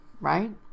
right